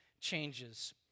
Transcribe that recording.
changes